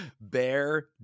bear